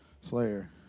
Slayer